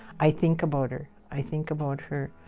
i think about her. i think about her